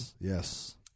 Yes